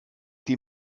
die